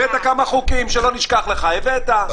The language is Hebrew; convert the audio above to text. הבאת הבאת כמה חוקים שלא נשכח לך, הבאת.